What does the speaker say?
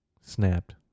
snapped